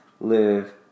live